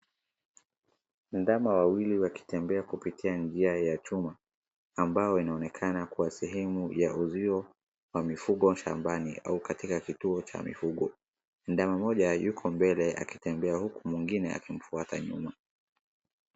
Ndama wawili wakitembea kupitia njia ya chuma ambayo inaonekana kua sehemu ya uzuiyo wa mifugo shambani au katika kituo cha mifugo. Ndama moja yuko mbele akitembea huku mwingine akimfuata nyuma.